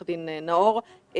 עו"ד נאור.